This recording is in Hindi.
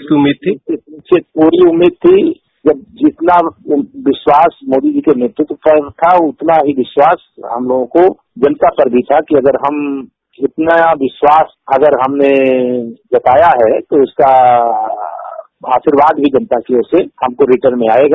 इसकी पूरी उम्मीद थी कि जितना विष्वास मोदी जी के नेतृत्व पर था उतना ही विष्वास हम लोगों को जनता पर भी था कि अगर इतना विष्वास हमने जताया है कि इसका आषीर्वाद भी जनता की ओर से हमको रिर्टन में आयेगा